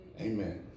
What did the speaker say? Amen